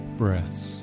breaths